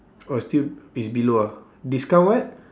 oh it's still it's below ah discount what